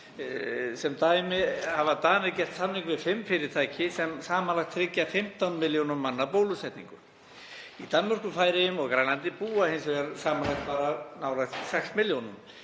Sem dæmi hafa Danir gert samning við fimm fyrirtæki sem samanlagt tryggja 15 milljónum manna bólusetningu. Í Danmörku, Færeyjum og Grænlandi búa hins vegar samtals bara nálægt 6 milljónunum,